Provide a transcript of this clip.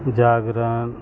Jagran